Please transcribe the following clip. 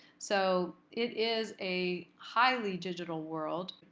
so it is a highly digital world.